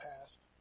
past